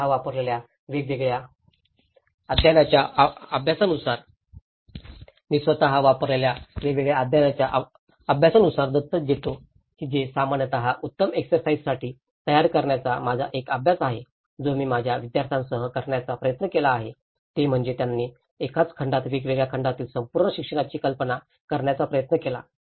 मी स्वतः वापरलेल्या वेगवेगळ्या अध्यापनाच्या अभ्यासानुसार दत्तक घेतो जे सामान्यत उत्तम एक्सरसाईजसाठी तयार करण्याचा माझा एक अभ्यास आहे जो मी माझ्या विद्यार्थ्यांसह करण्याचा प्रयत्न केला आहे ते म्हणजे त्यांनी एकाच खंडात वेगवेगळ्या खंडातील संपूर्ण शिक्षणाची कल्पना करण्याचा प्रयत्न केला